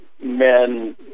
men